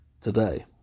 today